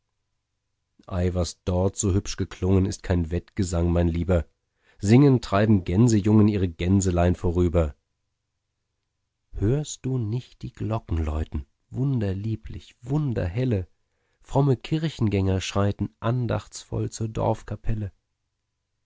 ei was dort so hübsch geklungen ist kein wettgesang mein lieber singend treiben gänsejungen ihre gänselein vorüber hörst du nicht die glocken läuten wunderlieblich wunderhelle fromme kirchengänger schreiten andachtsvoll zur